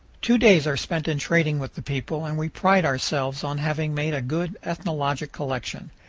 two days are spent in trading with the people, and we pride ourselves on having made a good ethnologic collection.